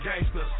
gangsters